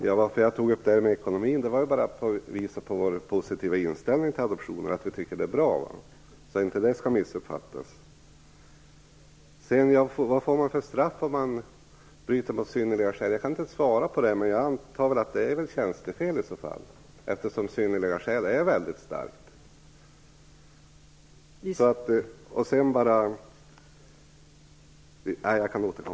Fru talman! Jag tog upp frågan om ekonomin för att visa Vänsterpartiets positiva inställning till adoptioner. Vi i Vänsterpartiet tycker att adoptioner är bra - det skall inte missuppfattas. Liselotte Wågö frågar vad socialnämnderna får för straff om de bryter mot de synnerliga skälen. Jag kan inte svara på det, men jag antar att det vore tjänstefel. "Synnerliga skäl" är ju något väldigt starkt.